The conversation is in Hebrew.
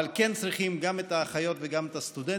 אבל כן צריכים גם את האחיות וגם את הסטודנטים.